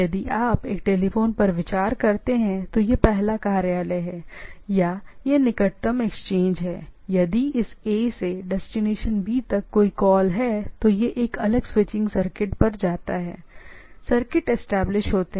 यदि आप एक टेलीफोन पर विचार करते हैं तो यह पहला कार्यालय है या यह निकटतम एक्सचेंज है यदि इस A से डेस्टिनेशन B तक कोई कॉल है तो यह एक अलग स्विचिंग सर्किट पर जाता है सर्किट एस्टेब्लिश होते हैं